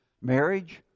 marriage